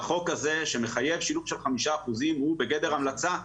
והחוק הזה שמחייב שילוב של חמישה אחוזים הוא בגדר המלצה,